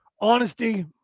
Honesty